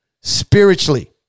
spiritually